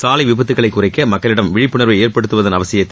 சாலை விபத்துக்களை குறைக்க மக்களிடம் விழிப்புணர்வை ஏற்படுத்துவதன் அவசியத்தை